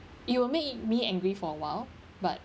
it will make me angry for awhile but